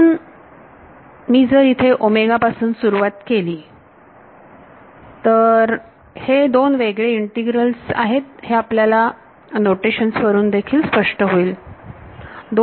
म्हणून मी जर इथे ओमेगा पासून सुरुवात केली हे दोन वेगळे इंटीग्रल आहेत हे आपल्याला नोटेशन्स वरून स्पष्ट होईल